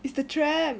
is the tram